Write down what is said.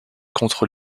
contre